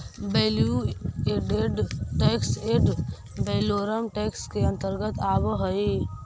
value added tax ad valorem tax के अंतर्गत आवऽ हई